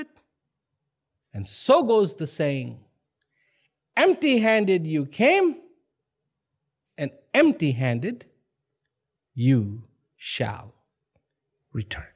it and so goes the saying empty handed you came an empty handed you shall ret